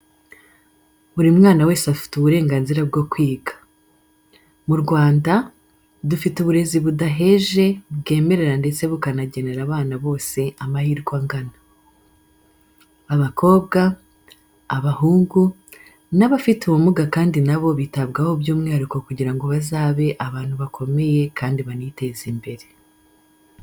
Buri mwana wese afite uburenganzira bwo kwiga. Mu Rwanda, dufite uburezi budaheje bwemerera ndetse bukanagenera abana bose amahirwe angana. Abakobwa, abahungu n'abafite ubumuga kandi na bo bitabwaho by'umwihariko kugira ngo bazabe abantu bakomeye kandi baniteze imbere.